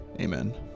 amen